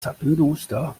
zappenduster